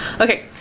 Okay